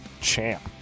champ